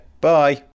bye